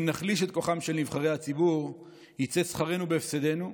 אם נחליש את כוחם של נבחרי הציבור ייצא שכרנו בהפסדנו.